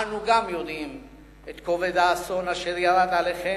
אנו גם יודעים את כובד האסון אשר ירד עליכם.